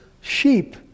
sheep